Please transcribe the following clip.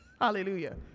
Hallelujah